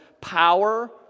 power